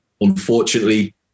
unfortunately